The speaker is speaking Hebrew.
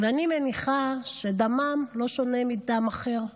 ואני מניחה שדמם לא שונה מדם אחר.